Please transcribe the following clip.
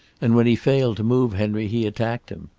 and when he failed to move henry he attacked him.